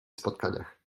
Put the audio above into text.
spotkaniach